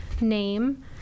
name